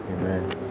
Amen